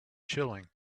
chilling